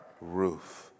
roof